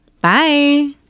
Bye